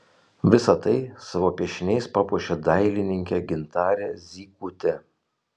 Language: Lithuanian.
visa tai savo piešiniais papuošė dailininkė gintarė zykutė